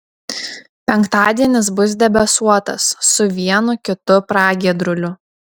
penktadienis bus debesuotas su vienu kitu pragiedruliu